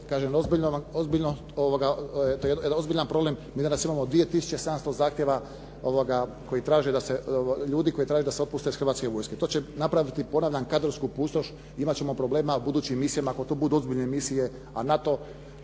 kažem ozbiljno, to je jedan ozbiljan problem. Mi danas imamo 2 tisuće 700 zahtjeva ljudi koji traže da se otpuste iz Hrvatske vojske. To će napraviti ponavljam kadrovsku pustoš, imat ćemo problema u budućim misijama ako to budu ozbiljne misije a zna